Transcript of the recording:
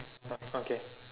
oh okay